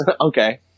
Okay